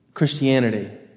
Christianity